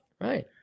Right